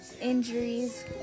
injuries